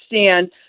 understand